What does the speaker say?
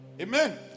Amen